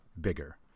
bigger